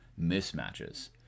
mismatches